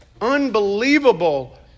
unbelievable